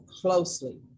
closely